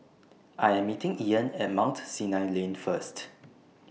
I'm meeting Ian At Mount Sinai Lane First